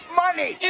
money